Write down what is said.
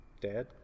Dad